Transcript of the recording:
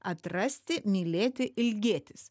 atrasti mylėti ilgėtis